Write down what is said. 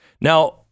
Now